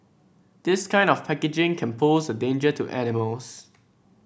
this kind of packaging can pose a danger to animals